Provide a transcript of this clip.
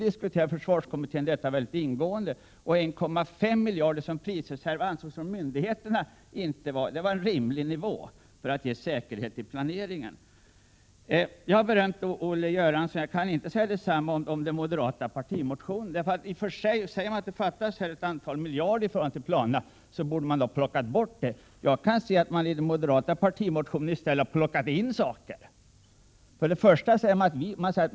I försvarskommittén diskuterade vi detta ingående, och 1,5 miljarder som prisreserv ansågs är en av myndigheterna vara en rimlig nivå för att ge säkerhet i planeringen. Jag har berömt Olle Aulin. Jag kan inte säga detsamma om den moderata partimotionen. Där sägs att det fattas ett antal miljarder i förhållande till planerna, och då borde man ha plockat bort en del saker. Jag kan se att man i den moderata partimotionen i stället har plockat in saker.